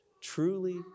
truly